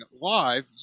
live